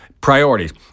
Priorities